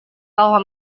bahwa